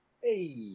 Hey